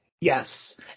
Yes